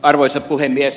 arvoisa puhemies